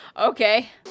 Okay